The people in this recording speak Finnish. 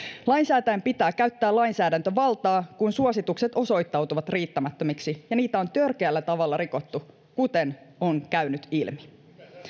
lainsäätäjän pitää käyttää lainsäädäntövaltaa kun suositukset osoittautuvat riittämättömiksi ja niitä on törkeällä tavalla rikottu kuten on käynyt ilmi